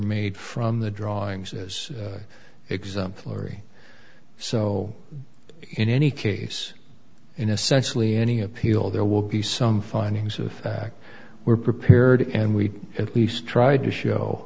made from the drawings is exemplary so in any case in a sense lee any appeal there will be some findings of fact were prepared and we at least tried to show